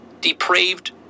depraved